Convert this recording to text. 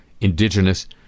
indigenous